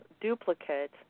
duplicate